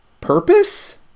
purpose